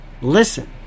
listen